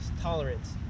tolerance